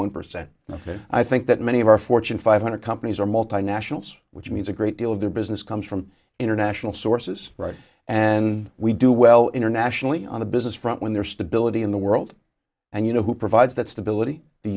and i think that many of our fortune five hundred companies are multinationals which means a great deal of their business comes from international sources and we do well internationally on the business front when they're stability in the world and you know who provides that stability the